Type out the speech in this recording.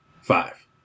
Five